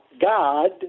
God